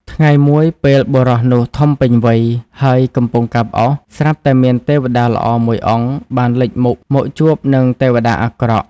ថ្ងៃមួយ ពេលបុរសនោះធំពេញវ័យ ហើយកំពុងកាប់អុស ស្រាប់តែមាន ទេវតាល្អ មួយអង្គបានលេចមុខមកជួបនឹងទេវតាអាក្រក់។